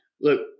Look